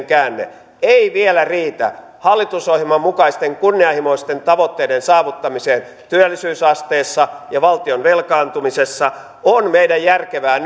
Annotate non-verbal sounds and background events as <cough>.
<unintelligible> käänne ei vielä riitä hallitusohjelman mukaisten kunnianhimoisten tavoitteiden saavuttamiseen työllisyysasteessa ja valtion velkaantumisessa on meidän järkevää <unintelligible>